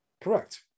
Correct